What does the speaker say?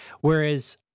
whereas